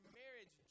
marriage